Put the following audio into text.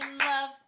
love